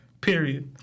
Period